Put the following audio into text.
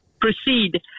proceed